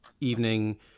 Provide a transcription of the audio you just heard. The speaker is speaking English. evening